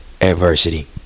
adversity